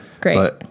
Great